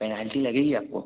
penalty लगेगी आपको